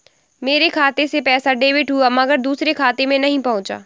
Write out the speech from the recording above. मेरे खाते से पैसा डेबिट हुआ मगर दूसरे खाते में नहीं पंहुचा